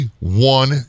one